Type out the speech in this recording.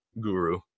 guru